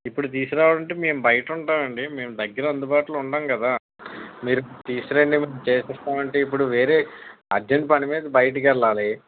ఇప్పుడు తీసుకురావాలంటే మేము బయట ఉంటాను అండి మేము దగ్గర అందుబాటులో ఉండము కదా మీరు తీసుకురండి మేము చేసి ఇస్తాము అంటే ఇప్పుడు వేరే అర్జెంట్ పని మీద బయటికి వెళ్ళాలి